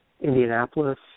Indianapolis